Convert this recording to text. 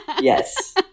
yes